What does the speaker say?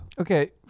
Okay